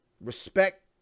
respect